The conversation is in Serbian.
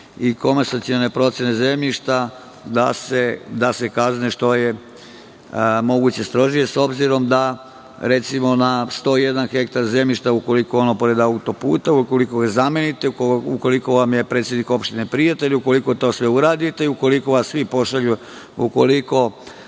i komasacione procene zemljišta da se kazne što je moguće strožije. S obzirom da, recimo, na 101 hektar zemljišta ukoliko je ono pored auto puta, ukoliko ga zamenite, ukoliko vam je predsednik opštine prijatelj, ukoliko to sve uradite, ukoliko vas svi pošalju, ukoliko